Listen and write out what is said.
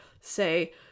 say